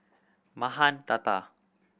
Mahan Tata